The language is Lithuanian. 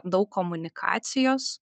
daug komunikacijos